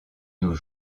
nos